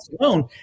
alone